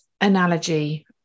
analogy